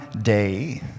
day